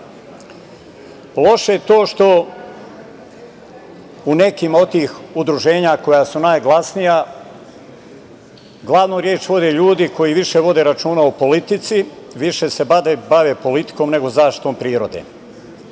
je to što u nekim od tih udruženja koja su najglasnija glavnu reč vode ljudi koji više vode računa o politici, više se bave politikom nego zaštitom